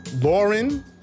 Lauren